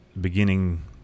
beginning